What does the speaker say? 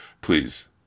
please